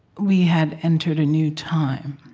we had entered a new time,